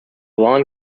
lawn